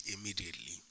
immediately